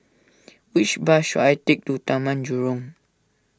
which bus should I take to Taman Jurong